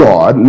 God